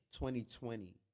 2020